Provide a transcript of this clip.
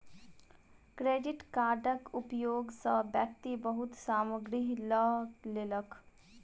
credit कार्डक उपयोग सॅ व्यक्ति बहुत सामग्री लअ लेलक